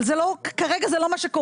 אבל כרגע זה לא מה שקורה.